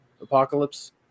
apocalypse